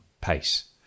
pace